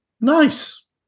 Nice